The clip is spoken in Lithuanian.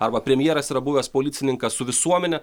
arba premjeras yra buvęs policininkas su visuomene